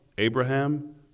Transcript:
Abraham